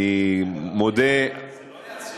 אני מודה, אגב,